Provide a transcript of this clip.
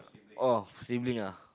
oh sibling ah